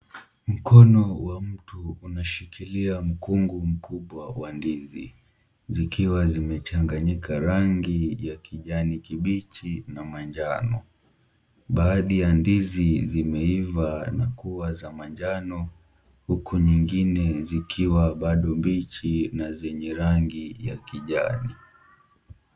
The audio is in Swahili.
Mkono wa mtu unashikilia mkungu mkubwa wa ndizi zikiwa zimechanganyika rangi ya kijani kibichi na manjano. Baadhi ya ndizi zimeiva na kuwa za manjano huku nyingine zikiwa bado mbichi na zenye rangi ya kijani.